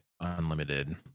unlimited